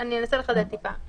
אני אנסה לחדד טיפה.